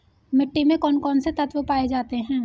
मिट्टी में कौन कौन से तत्व पाए जाते हैं?